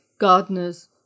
gardeners